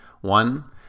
One